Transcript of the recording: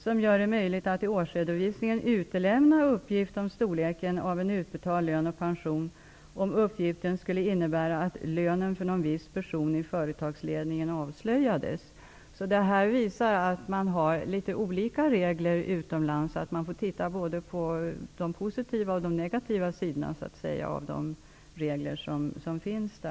Den gör det möjligt att i årsredovisningen utelämna uppgiften om storleken av en utbetald lön och pension, om uppgiften skulle innebära att lönen för en viss person i företagsledningen avslöjas. Detta visar att man har litet olika regler utomlands, och att vi bör studera såväl de positiva som de negativa sidorna av reglerna.